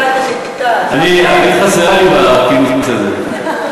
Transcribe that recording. היית חסרה לי בכינוס הזה,